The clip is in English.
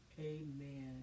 Amen